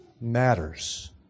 matters